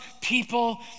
people